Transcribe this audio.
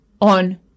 on